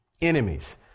enemies